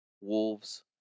Wolves